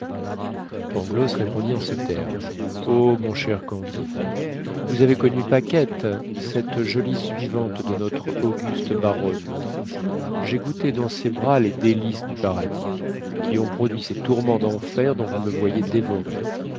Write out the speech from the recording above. pangloss répondit en ces termes o mon cher candide vous avez connu paquette cette jolie suivante de notre auguste baronne j'ai goûté dans ses bras les délices du paradis qui ont produit ces tourments d'enfer dont vous me voyez dévoré